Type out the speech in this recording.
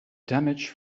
damage